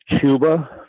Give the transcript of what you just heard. Cuba